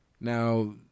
Now